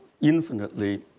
infinitely